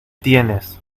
tienes